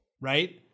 right